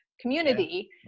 community